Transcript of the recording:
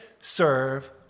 serve